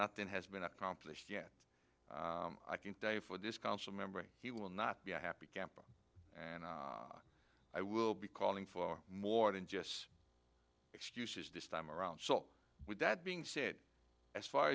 nothing has been accomplished yet i can tell you for this council member he will not be a happy camper and i will be calling for more than just excuses this time around so with that being said as far